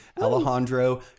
Alejandro